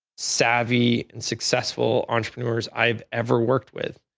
savvy, and successful entrepreneurs i've ever worked with.